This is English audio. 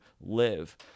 live